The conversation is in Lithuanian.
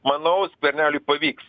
manau skverneliui pavyks